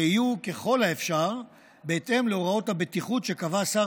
שיהיו ככל האפשר בהתאם להוראות הבטיחות שקבע שר